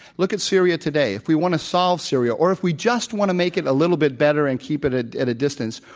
look at syria today. if we want to solve syria, or if we just want to make it a little bit better and keep it it at a distance,